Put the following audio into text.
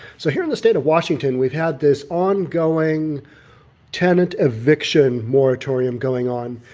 so here in the state of washington, we've had this ongoing tenant eviction moratorium going on.